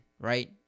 right